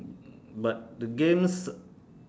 but the games